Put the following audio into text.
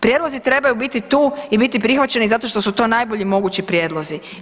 Prijedlozi trebaju biti tu i biti prihvaćeni zato što su to najbolji mogući prijedlozi.